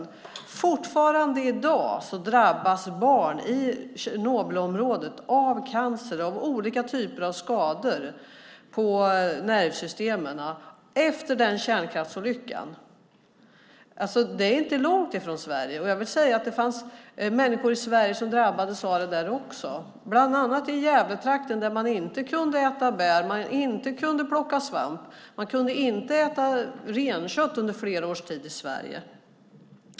Än i dag, efter den kärnkraftsolyckan, drabbas barn i Tjernobylområdet av cancer och av olika typer av skador på nervsystemet. Det är inte långt från Sverige, och det fanns människor också i Sverige som drabbades, bland annat i Gävletrakten där man inte kunde plocka bär och svamp. Under flera år kunde man i Sverige inte heller äta renkött.